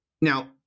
Now